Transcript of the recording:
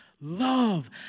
love